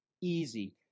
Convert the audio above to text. easy